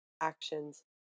actions